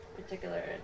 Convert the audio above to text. particular